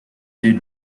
did